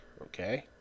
okay